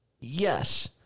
Yes